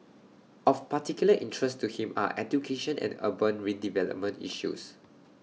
of particular interest to him are education and urban redevelopment issues